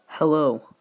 Hello